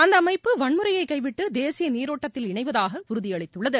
அந்த அமைப்பு வன்முறையை கைவிட்டு தேசிய நீரோட்டத்தில் இணைவதாக உறுதியளித்துள்ளது